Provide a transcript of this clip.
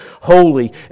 holy